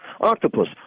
octopus